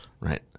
Right